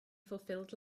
fulfilled